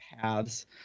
paths